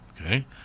okay